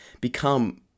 become